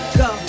go